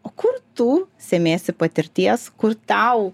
o kur tu semiesi patirties kur tau